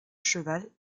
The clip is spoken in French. cheval